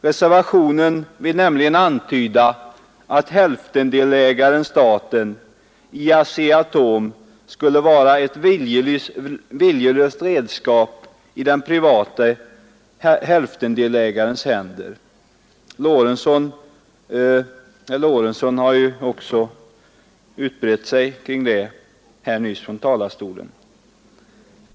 Reservationen vill antyda att hälftendelägaren staten i ASEA-Atom skulle vara ett viljelöst redskap i den private hälftendelägarens händer — herr Lorentzon utbredde sig också nyss härom från talarstolen.